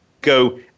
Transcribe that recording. go